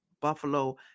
Buffalo